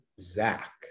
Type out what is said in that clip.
Zach